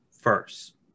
first